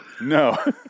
No